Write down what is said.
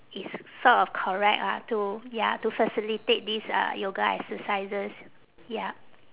is sort of correct lah to ya to facilitate this uh yoga exercises ya